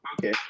okay